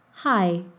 Hi